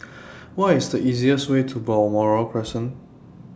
What IS The easiest Way to Balmoral Crescent